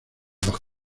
dos